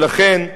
ולכן,